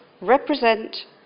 represent